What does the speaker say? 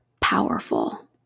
powerful